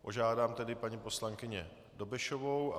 Požádám tedy paní poslankyni Dobešovou.